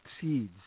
seeds